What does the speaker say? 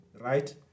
right